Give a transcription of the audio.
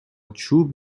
چوب